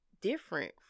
different